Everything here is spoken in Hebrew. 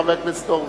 חבר הכנסת הורוביץ,